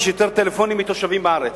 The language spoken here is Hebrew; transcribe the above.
יש יותר טלפונים מתושבים בארץ.